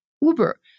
Uber